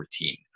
routine